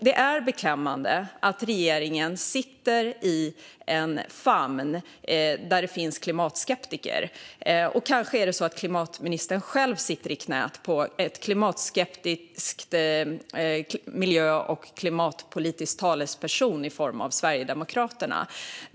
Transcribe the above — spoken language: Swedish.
Det är beklämmande att regeringen sitter i en famn där det finns klimatskeptiker. Kanske är det så att klimatministern själv sitter i knät på en klimatskeptisk miljö och klimatpolitisk talesperson hos Sverigedemokraterna?